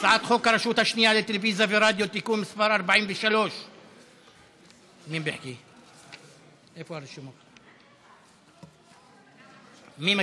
הצעת חוק הרשות השנייה לטלוויזיה ורדיו (תיקון מס' 43). מי מציג?